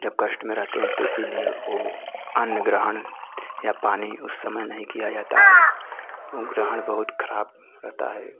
जब कष्ट में रहते हैं तो इसीलिए ओ अन्न ग्रहण या पानी उस समय नहीं किया जाता है वह ग्रहण बहुत खराब रहता है